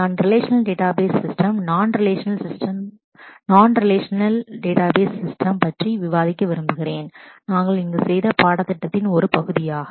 நான் relational database system பற்றி விவாதிக்க விரும்புகிறேன் நாங்கள் இங்கு செய்த பாடத்திட்டத்தின் ஒரு பகுதியாக